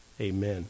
amen